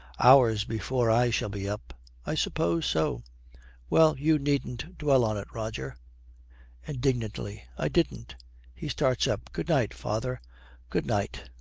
hours before i shall be up i suppose so well, you needn't dwell on it, roger indignantly. i didn't he starts up. good-night, father good-night.